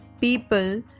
people